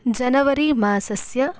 January मासस्य